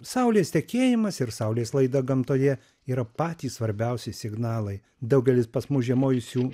saulės tekėjimas ir saulės laida gamtoje yra patys svarbiausi signalai daugelis pas mus žiemojusių